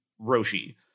Roshi